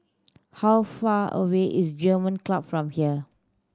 how far away is German Club from here